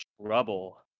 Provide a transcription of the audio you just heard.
trouble